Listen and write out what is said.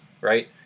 right